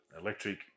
electric